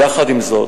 יחד עם זאת,